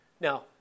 Now